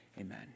amen